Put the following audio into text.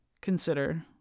consider